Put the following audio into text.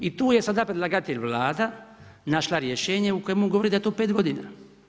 I tu je sada predlagatelj Vlada našla rješenje u kojemu govori da je to 5 godina.